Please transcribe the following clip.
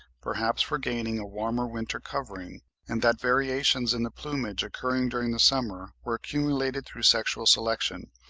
perhaps for gaining a warmer winter covering and that variations in the plumage occurring during the summer were accumulated through sexual selection,